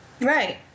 Right